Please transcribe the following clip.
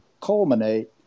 culminate